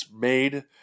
made